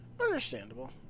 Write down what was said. Understandable